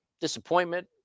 disappointment